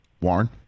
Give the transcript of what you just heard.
Warren